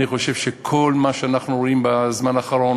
אני חושב שכל מה שאנחנו רואים בזמן האחרון